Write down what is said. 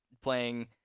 playing